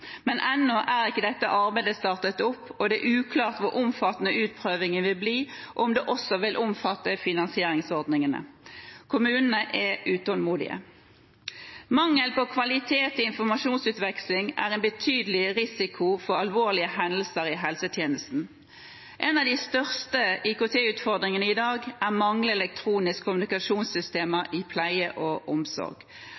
men ennå er ikke dette arbeidet startet opp, og det er uklart hvor omfattende utprøvingen vil bli, om det også vil omfatte finansieringsordningene. Kommunene er utålmodige. Mangel på kvalitet i informasjonsutveksling utgjør en betydelig risiko for alvorlige hendelser i helsetjenesten. En av de største IKT-utfordringene i dag er manglende elektroniske kommunikasjonssystemer